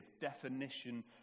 definition